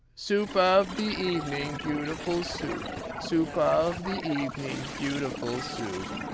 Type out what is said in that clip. soup of the evening, beautiful soup! soup of the evening, beautiful soup!